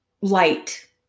light